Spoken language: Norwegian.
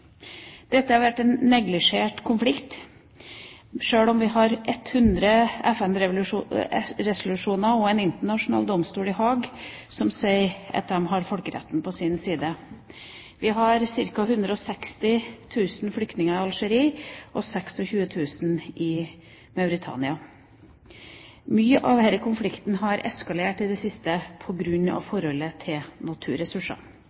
Dette har vært en neglisjert konflikt, sjøl om det er 100 FN-resolusjoner og en internasjonal domstol i Haag som sier at de har folkeretten på sin side. Det er ca. 160 000 flyktninger i Algerie og 26 000 i Mauritania. Mye av denne konflikten har eskalert i det siste